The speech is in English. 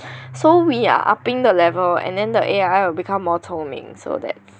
so we are upping the level and then the A_I will become more 聪明 so that's